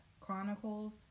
Chronicles